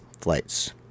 flights